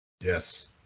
yes